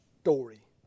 story